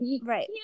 Right